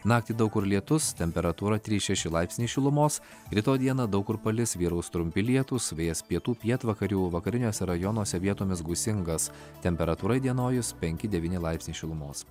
naktį daug kur lietus temperatūra trys šeši laipsniai šilumos rytoj dieną daug kur palis vyraus trumpi lietūs vėjas pietų pietvakarių vakariniuose rajonuose vietomis gūsingas temperatūra įdienojus penki devyni laipsniai šilumos